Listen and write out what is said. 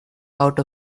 out